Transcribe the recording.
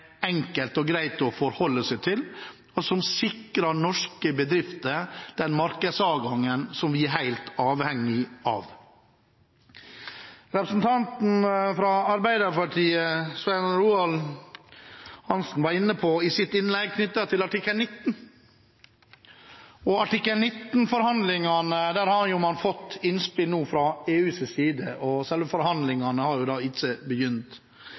enkelt og greit å forholde seg til, og som sikrer norske bedrifter den markedsadgangen som vi er helt avhengige av. Representanten fra Arbeiderpartiet Svein Roald Hansen var i sitt innlegg inne på artikkel 19. Når det gjelder artikkel 19-forhandlingene, har man nå fått innspill fra EUs side, selv om forhandlingene ikke har